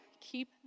keep